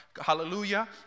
Hallelujah